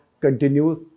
continues